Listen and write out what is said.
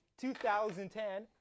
2010